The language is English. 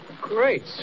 Great